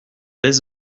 lès